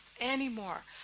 Anymore